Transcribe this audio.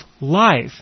life